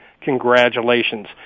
congratulations